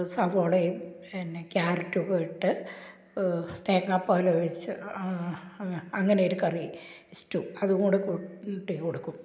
സവോളയും പിന്നെ ക്യാരറ്റുമൊക്കെ ഇട്ട് തേങ്ങാപ്പാലൊഴിച്ച് അങ്ങ അങ്ങനെയൊരു കറി ഇസ്റ്റൂ അതും കൂടി കൂട്ടിയിട്ടെ കൊടുക്കും